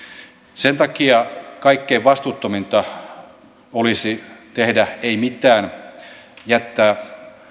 sen takia kaikkein vastuuttominta olisi tehdä ei mitään jättää